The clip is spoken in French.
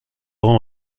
rend